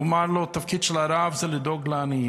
הוא אמר לו: התפקיד של הרב זה לדאוג לעניים.